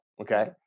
Okay